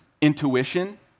intuition